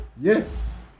Yes